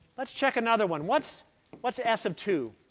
let's check another one. what's what's s of two?